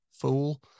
fool